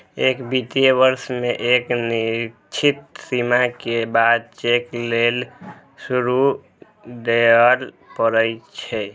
एक वित्तीय वर्ष मे एक निश्चित सीमा के बाद चेक लेल शुल्क देबय पड़ै छै